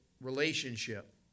relationship